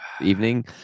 evening